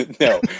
no